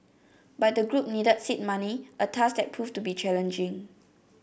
but the group needed seed money a task that proved to be challenging